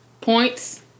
points